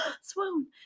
Swoon